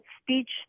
speech